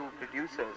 producers